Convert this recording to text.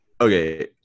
Okay